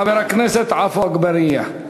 חבר הכנסת עפו אגבאריה,